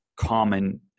common